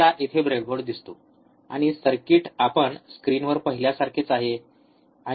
तुम्हाला इथे ब्रेडबोर्ड दिसतो आणि सर्किट आपण स्क्रीनवर पाहिल्यासारखेच आहे